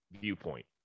viewpoint